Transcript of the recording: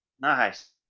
Nice